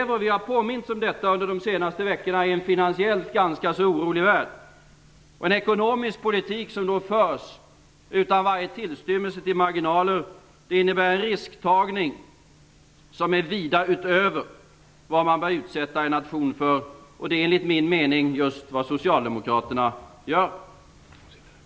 Vi har påmints om detta under de senaste veckorna i en finansiellt ganska orolig värld. Den ekonomiska politik som då förs utan varje tillstymmelse till marginaler innebär risktagning som är vida utöver vad man bör utsätta en nation för. Det är enligt min mening just vad Socialdemokraterna gör.